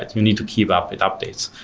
ah you need to keep up with updates.